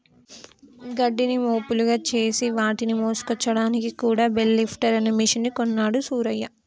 గడ్డిని మోపులుగా చేసి వాటిని మోసుకొచ్చాడానికి కూడా బెల్ లిఫ్టర్ అనే మెషిన్ కొన్నాడు సూరయ్య